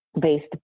based